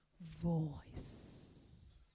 voice